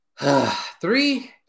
Three